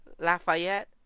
Lafayette